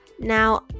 Now